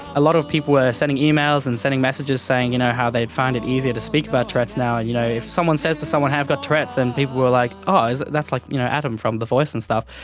a lot of people were sending emails and sending messages saying you know how they find it easier to speak about tourette's now. and you know if someone says to someone, hey, i've got tourette's, then people were like, oh, that's like you know adam from the voice and stuff.